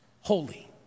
holy